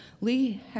Lee